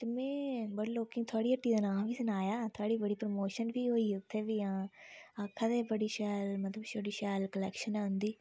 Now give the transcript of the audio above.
ते मै बड़े लोकें गी थुआढ़ी हट्टी दा नांऽ बी सनाया थुआढ़ी बड़ी प्रमोशन बी होई उत्थें बी हां आखा दे हे बड़ी शैल मतलब बड़ी शैल क्लेक्शन ऐ उंदी